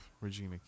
Regina